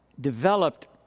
developed